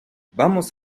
vamos